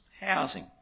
housing